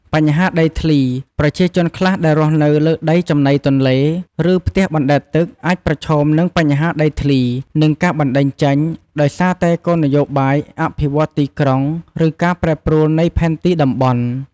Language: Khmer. បញ្ហាដីធ្លី ប្រជាជនខ្លះដែលរស់នៅលើដីចំណីទន្លេ ឬផ្ទះបណ្ដែតទឹកអាចប្រឈមនឹង បញ្ហាដីធ្លី និងការបណ្ដេញចេញ ដោយសារតែគោលនយោបាយអភិវឌ្ឍន៍ទីក្រុង ឬការប្រែប្រួលនៃផែនទីតំបន់។